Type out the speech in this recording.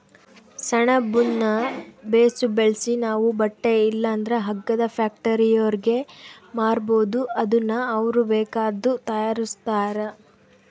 ಸೆಣಬುನ್ನ ಬೇಸು ಬೆಳ್ಸಿ ನಾವು ಬಟ್ಟೆ ಇಲ್ಲಂದ್ರ ಹಗ್ಗದ ಫ್ಯಾಕ್ಟರಿಯೋರ್ಗೆ ಮಾರ್ಬೋದು ಅದುನ್ನ ಅವ್ರು ಬೇಕಾದ್ದು ತಯಾರಿಸ್ತಾರ